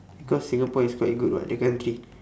because singapore is quite good [what] the country